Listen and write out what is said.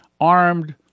armed